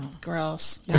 Gross